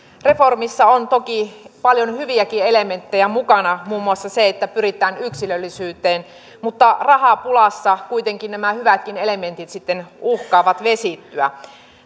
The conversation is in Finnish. reformissa on toki paljon hyviäkin elementtejä mukana muun muassa se että pyritään yksilöllisyyteen mutta rahapulassa kuitenkin nämä hyvätkin elementit sitten uhkaavat vesittyä